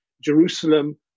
Jerusalem